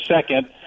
second